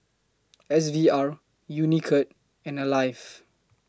S V R Unicurd and Alive